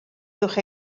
uwch